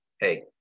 hey